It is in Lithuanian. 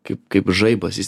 kai kaip žaibas jis